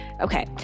Okay